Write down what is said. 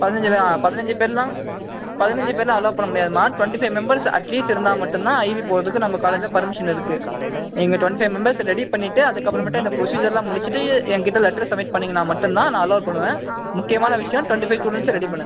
பதினஞ்சினால் பதினஞ்சு பேருலாம் பதினஞ்சு பேருலாம் அலோ பண்ண முடியாதும்மா டுவெண்ட்டி ஃபைவ் மெம்பர்ஸ் அட்லீஸ்ட் இருந்தால் மட்டும் தான் ஐவி போகிறதுக்கு நம்ம காலேஜ்ல பர்மிஷன் இருக்குது நீங்கள் டுவெண்ட்டி ஃபைவ் மெம்பர்ஸ் ரெடி பண்ணிட்டு அதுக்கப்புறமேட்டு இந்த ப்ரொசீஜர்லாம் முடிச்சிட்டு எங்கிட்ட லெட்ரு சம்மிட் பண்ணிங்கனால் மட்டும் தான் நான் அலோ பண்ணுவேன் முக்கியமான விஷியம் டுவெண்ட்டி ஃபைவ் ஸ்டூடெண்ட்ஸை ரெடி பண்ணுங்கள்